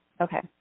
Okay